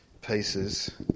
pieces